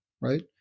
right